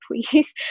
please